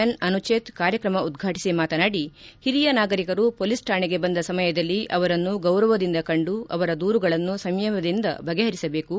N Anucheth ಕಾರ್ಯಕ್ರಮ ಉದ್ಘಾಟಿಸಿ ಮಾತನಾಡಿ ಹಿರಿಯ ನಾಗರಿಕರು ಪೊಲೀಸ್ ಕಾಣೆಗೆ ಬಂದ ಸಮಯದಲ್ಲಿ ಅವರನ್ನು ಗೌರವದಿಂದ ಕಂಡು ಅವರ ದೂರುಗಳನ್ನು ಸಂಯಮದಿಂದ ಬಗೆಹರಿಸಬೇಕು